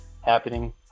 happening